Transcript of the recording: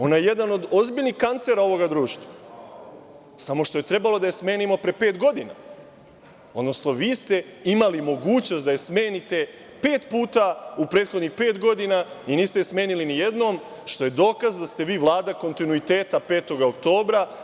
Ona je jedan od ozbiljnih kancera ovog društva, samo što je trebalo da je smenimo pre pet godina, odnosno vi ste imali mogućnost da je smenite pet puta u prethodnih pet godina i niste je smenili nijednom, što je dokaz da ste vi Vlada kontinuiteta 5. oktobra.